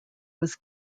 was